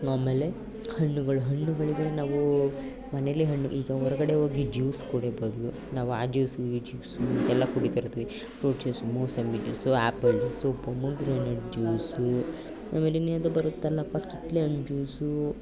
ಆಮೇಲೆ ಹಣ್ಣುಗಳು ಹಣ್ಣುಗಳಿಗೆ ನಾವು ಮನೇಲೆ ಹಣ್ಣು ಈಗ ಹೊರ್ಗಡೆ ಹೋಗಿ ಜ್ಯೂಸ್ ಕುಡಿಯೊ ಬದಲು ನಾವು ಆ ಜ್ಯೂಸು ಈ ಜ್ಯೂಸು ಅಂತೆಲ್ಲ ಕುಡಿತಾ ಇರ್ತೀವಿ ಫ್ರೂಟ್ ಜ್ಯೂಸು ಮೂಸಂಬಿ juice apple juice pomegranate juice ಆಮೇಲೆ ಇನ್ಯಾವುದೋ ಬರುತ್ತಲ್ಲಪ್ಪ ಕಿತ್ತಳೆ ಹಣ್ ಜ್ಯೂಸು